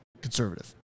conservative